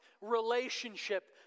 relationship